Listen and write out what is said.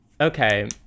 Okay